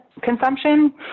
consumption